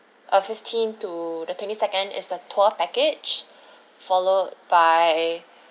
uh fifteenth to the twenty second is the tour package followed by